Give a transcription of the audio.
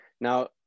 now